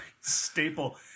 staple